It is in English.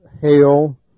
hail